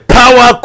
power